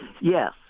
Yes